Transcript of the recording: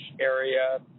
area